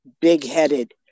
big-headed